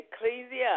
Ecclesia